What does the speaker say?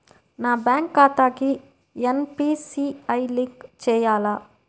నా బ్యాంక్ ఖాతాకి NPCI link చేయాలా?